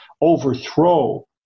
overthrow